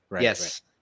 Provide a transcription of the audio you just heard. Yes